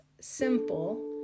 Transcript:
simple